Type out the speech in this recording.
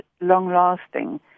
long-lasting